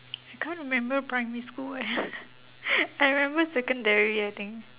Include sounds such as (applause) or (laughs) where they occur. I can't remember primary school eh (laughs) I remember secondary I think